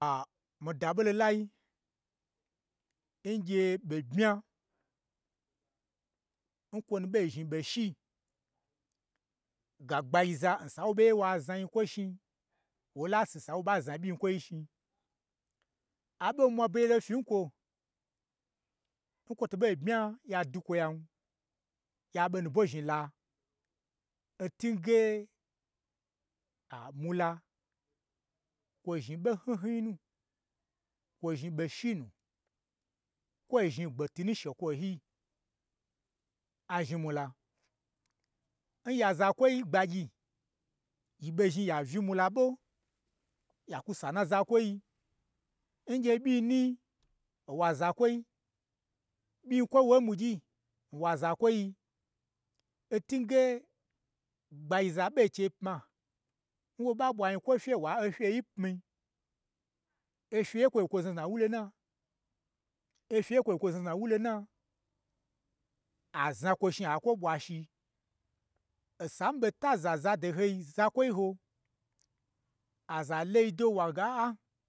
mii daɓo lolai, ngye ɓo bmya, n kwonu ɓo zhni ɓo shi, ga gba gyi za n sai n wo ɓoye wa zna nyi kwo shni, wola sisa nwoɓa zna ɓyin kwoi shni, aɓo nmwa begye lo fyi nkwo, nkwoto so bmya ya dwu kwo yan, ya ɓo nu bɓo zhni la, ntunge, amula, kwo zhni ɓo hnyin hnyin nu, kwo zhni ɓo shi nu, kwo zhni ɓo gbetwu nun shekwoyi, azhni mula, n ya zakwoi ngbagyi, yi ɓo zhni ya uyi mula ɓo, ya kwu san na za kwoi, ngye ɓyi ni-i, owa zakwi, ɓyin kwoi n wo nyi ɓwugyi nwa zakwoi, ntunge, gbagyi zaɓe che pma, nwa ɓa ɓwa nyi kwon fye, wa fye yi pmi, ofye ye kwonyi okwo znazna wulo na, ofye yen kwonyi, okwo znazna wu lo na, aznakwo shni a kwo ɓwa shi, osa n mii ɓo taza n zado hoi, zakwoi ho, aza loi da wange aa